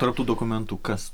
tarp tų dokumentų kas